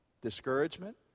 Discouragement